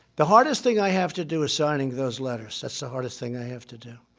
the hardest thing i have to do is signing those letters. that's the hardest thing i have to do.